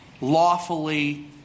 lawfully